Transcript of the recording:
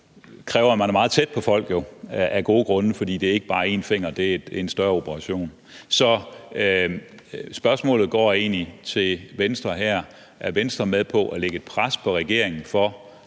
kræver, at man er meget tæt på folk, for det handler ikke bare om én finger, det er en større operation. Så spørgsmålet til Venstre her er egentlig: Er Venstre med på at lægge et pres på regeringen for